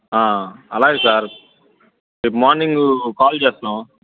అలాగే సార్ రేపు morning call చేస్తాము